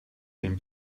dem